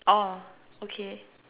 orh okay